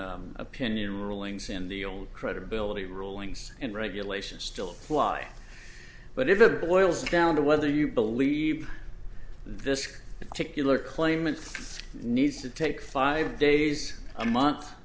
opinion rulings in the old credibility rulings and regulations still apply but if it boils down to whether you believe this particular claimant needs to take five days a month